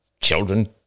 children